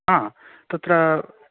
आ तत्र